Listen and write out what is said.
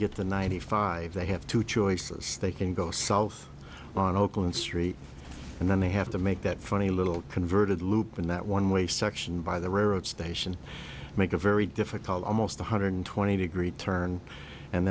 get the ninety five they have two choices they can go south on oakland street and then they have to make that funny little converted loop in that one way section by the railroad station make a very difficult almost one hundred twenty degree turn and